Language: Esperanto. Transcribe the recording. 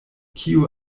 kio